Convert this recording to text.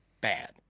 bad